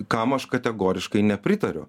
kam aš kategoriškai nepritariu